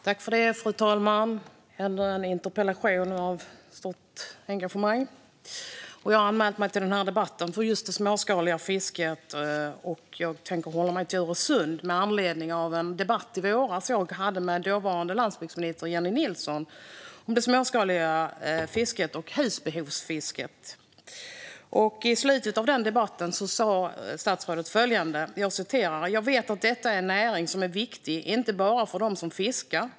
Fru talman! Det här är en interpellation som väcker stort engagemang, och jag har anmält mig till debatten för just det småskaliga fiskets skull. Jag tänker hålla mig till Öresund med anledning av en debatt som jag i våras hade med dåvarande landsbygdsminister Jennie Nilsson om det småskaliga fisket och husbehovsfisket. I slutet av den debatten sa statsrådet följande: "Jag vet att detta är en näring som är viktig inte bara för dem som fiskar.